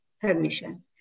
permission